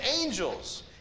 angels